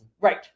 right